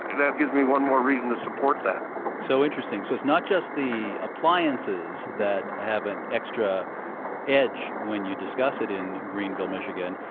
that gives me one more reason to support that so it's so not just the appliances that have an extra edge, when you discuss it in greenville, michigan.